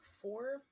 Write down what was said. four